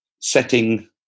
Setting